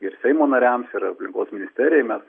ir seimo nariams ir aplinkos ministerijai mes